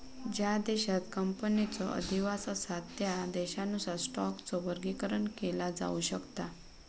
ज्या देशांत कंपनीचो अधिवास असा त्या देशानुसार स्टॉकचो वर्गीकरण केला जाऊ शकता